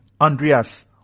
Andreas